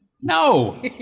No